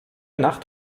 nacht